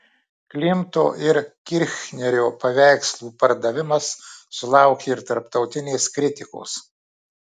klimto ir kirchnerio paveikslų pardavimas sulaukė ir tarptautinės kritikos